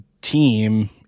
team